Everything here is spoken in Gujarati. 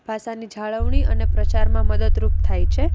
ભાષાની જાળવણી અને પ્રચારમાં મદદરૂપ થાય છે